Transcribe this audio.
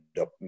up